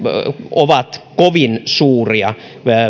ovat kovin suuria